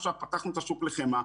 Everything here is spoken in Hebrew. פתחנו עכשיו את השוק לחמאה.